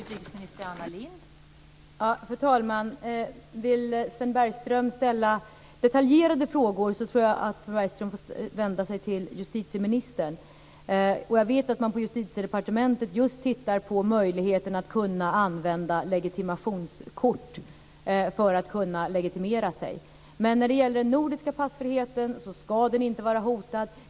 Fru talman! Vill Sven Bergström ställa detaljerade frågor tror jag att Sven Bergström får vända sig till justitieministern. Jag vet att man på Justitiedepartementet just nu tittar på möjligheten att använda legitimationskort för att kunna legitimera sig. När det gäller den nordiska passfriheten ska den inte vara hotad.